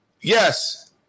Yes